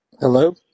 Hello